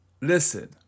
listen